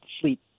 sleep